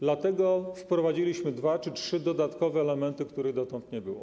Dlatego wprowadziliśmy dwa czy trzy dodatkowe elementy, których dotąd nie było.